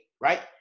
right